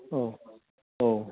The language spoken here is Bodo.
औ औ